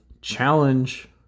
challenge